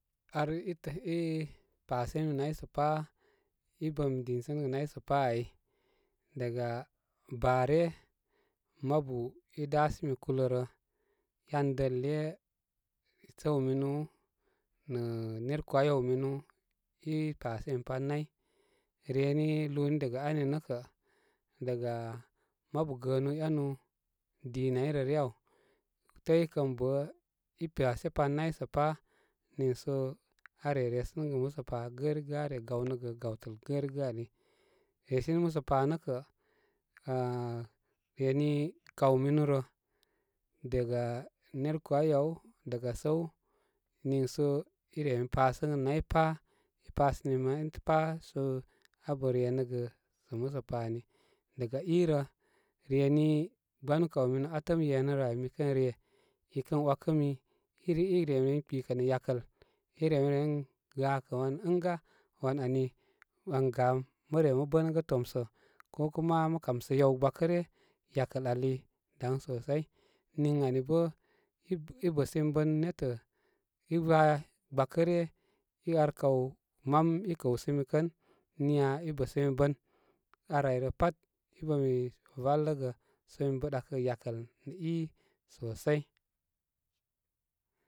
Ar itə ipasinimi naysə pa i bəmi dinsənəgə nay sə pa ai daga baa ryə mabu i dasimi kulə rə en dəl iyə səw minu nə nerkuwa yaw minu i pasimi pan nay reni lúni daga ani nəkə daga mabu gəənu enu dinai rə ryə aw, təy kən bə i pasepan nay sə pa niso aare resəanəgə musə pa gərigə aa re gaw nə gə gawtəl gərigə ani resini musəpa nə kə ŋa reni kawminu rə daga nerku wa yaw, daga səw niisə ire mi pasəgə nay pá i pasimi nay pa sə an renəgə sə musə pa ani daga irə reni gbakawminu atəm yenəm ami mi kənre ikən ewakə mi i re mi ren kpikə nə yakəl, i re miren gaka wan, ən ga wan ani an gam mə re bənə gə tomsə, ko kuma mə kamsə yaw gbakə ryə yakəl ali daŋ sosai niŋ ani bə i bəsimi bən netə i za gbakə ryə i ar kaw mam i kəwsimi kən niya i bəsimi bən ar ai rə pat i bə mi valəgə sə mi bə ɗakəgə yakəl ai nə i sosai.